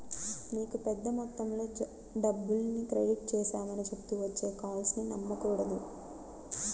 మీకు పెద్ద మొత్తంలో డబ్బుల్ని క్రెడిట్ చేశామని చెప్తూ వచ్చే కాల్స్ ని నమ్మకూడదు